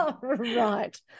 Right